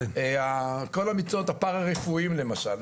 כל המיטות הפארא רפואיים למשל,